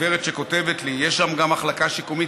גברת שכותבת לי: יש שם גם מחלקה שיקומית,